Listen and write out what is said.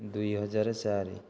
ଦୁଇ ହଜାର ଚାରି